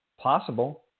Possible